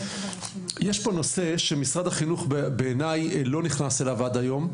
יש פה נושא במשרד החינוך בעיניי לא נכנס אליו עד היום,